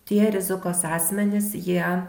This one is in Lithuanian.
tie rizikos asmenys jie